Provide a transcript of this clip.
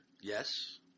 Yes